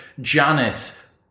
Janice